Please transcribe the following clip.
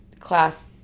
class